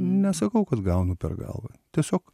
nesakau kad gaunu per galvą tiesiog